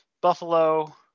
Buffalo